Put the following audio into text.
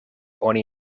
oni